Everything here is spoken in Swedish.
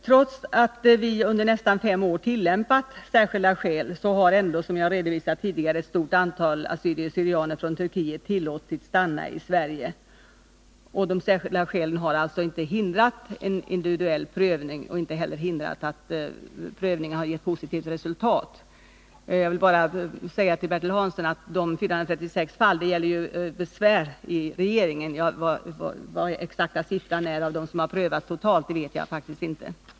Trots att vi under nästan fem år tillämpat ”särskilda skäl” har ändå, som jag tidigare redovisat, ett stort antal assyrier/syrianer från Turkiet tillåtits stanna i Sverige. De särskilda skälen har alltså inte hindrat en individiuell prövning och inte heller hindrat att prövningen gett positivt resultat. Jag vill bara säga till Bertil Hansson att de 436 fallen gäller besvär i regeringen. Vad den exakta siffran på dem som totalt har prövats är vet jag inte.